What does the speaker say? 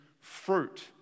fruit